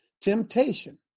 temptation